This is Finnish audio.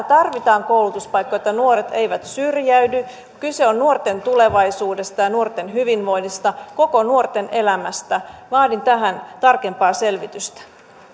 tarvitaan koulutuspaikkoja että nuoret eivät syrjäydy kyse on nuorten tulevaisuudesta ja nuorten hyvinvoinnista nuorten koko elämästä vaadin tähän tarkempaa selvitystä